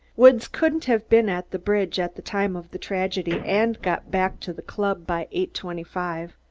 woods couldn't have been at the bridge at the time of the tragedy and got back to the club by eighty twenty-five.